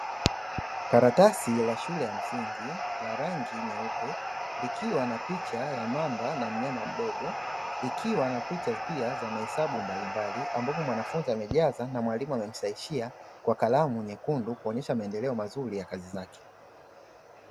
Karatasi la shule ya msingi la rangi nyeupe likiwa na picha ya mamba na wanyama mdogo, ikiwa na picha pia ya mahesabu mbalimbali. Ambapo mwanafunzi amejaza na mwalimu amemsahisha kwa kalamu nyekundu kuonyesha maendeleo mazuri ya kazi zake.